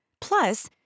Plus